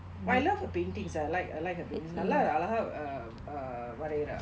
but I love her paintings I like I like her paintings நல்லா அழகாதா:nalla alagaathaa uh uh வரைறா:varairaa